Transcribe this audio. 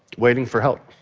waiting for help.